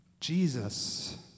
Jesus